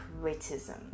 criticism